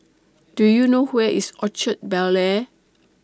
Do YOU know Where IS Orchard Bel Air